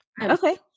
okay